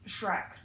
Shrek